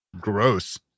gross